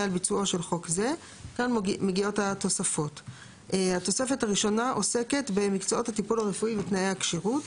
בנושאים: 1. הצעת חוק הסדרת העיסוק במקצועות הטיפול הרפואי,